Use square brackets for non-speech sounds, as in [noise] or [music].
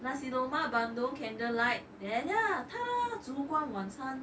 nasi lemak bandung candlelight then [noise] 烛光晚餐